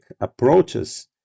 approaches